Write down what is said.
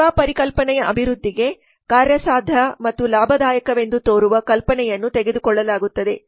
ಸೇವಾ ಪರಿಕಲ್ಪನೆಯ ಅಭಿವೃದ್ಧಿಗೆ ಕಾರ್ಯಸಾಧ್ಯ ಮತ್ತು ಲಾಭದಾಯಕವೆಂದು ತೋರುವ ಕಲ್ಪನೆಯನ್ನು ತೆಗೆದುಕೊಳ್ಳಲಾಗುತ್ತದೆ